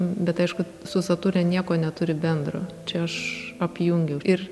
bet aišku su saturne nieko neturi bendro čia aš apjungiau ir